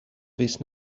fis